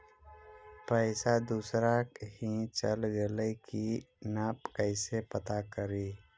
पैसा दुसरा ही चल गेलै की न कैसे पता करि?